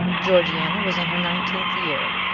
georgiana was in her nineteenth year,